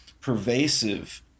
pervasive